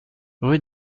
rue